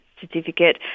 certificate